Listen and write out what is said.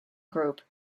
group